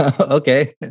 Okay